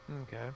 Okay